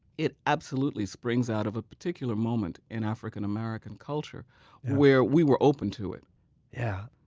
it absolutely springs out of a particular moment in african-america culture where we were open to it yeah